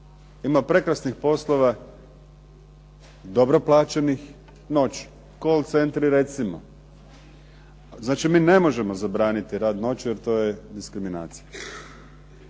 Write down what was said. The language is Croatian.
Ima prekrasnih poslova dobro plaćenih noću call centri recimo. Znači, mi ne možemo zabraniti rad noću jer to je diskriminacija.